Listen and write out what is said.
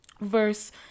verse